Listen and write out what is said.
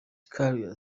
career